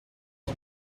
was